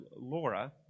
Laura